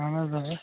اَہَن حظ اَوا